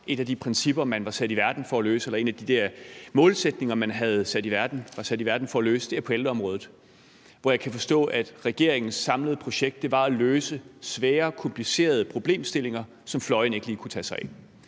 af de der målsætninger, man var sat i verden for at nå, er ældreområdet. Jeg kan forstå, at regeringens samlede projekt var at løse svære, komplicerede problemstillinger, som fløjene ikke lige kunne tage sig af.